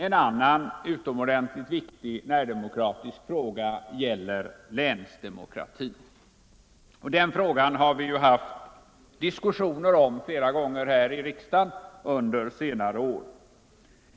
En annan, utomordentligt viktig närdemokratisk fråga gäller länsdemokratin. Vi har också under senare år flera gånger haft diskussioner om den frågan här i riksdagen.